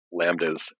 Lambdas